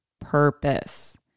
purpose